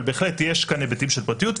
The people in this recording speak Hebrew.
אבל בהחלט יש כאן היבטים של פרטיות,